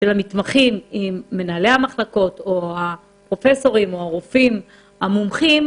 המתמחים עם מנהלי המחלקות והרופאים המומחים,